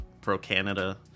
pro-Canada